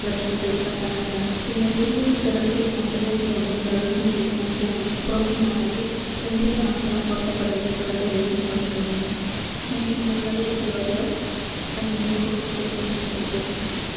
de esa canalla que me atreví a esperar que los consejos y la autoridad de este infeliz anciano próximo a morir tendrían alguna fuerza para desviarte de ese infame camino me equivocaré salvador añadió con expresión muy afectuosa